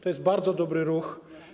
To jest bardzo dobry ruch.